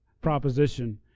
proposition